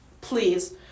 Please